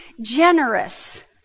generous